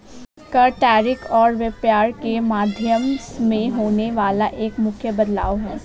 कर, टैरिफ और व्यापार के माध्यम में होने वाला एक मुख्य बदलाव हे